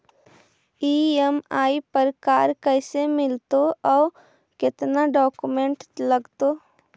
EMI पर car कैसे मिलतै औ कोन डाउकमेंट लगतै?